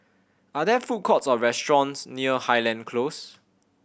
are there food courts or restaurants near Highland Close